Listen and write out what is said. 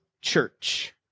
church